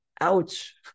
ouch